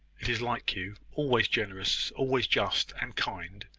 it is like you always generous, always just and kind!